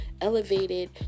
elevated